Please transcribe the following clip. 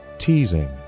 teasing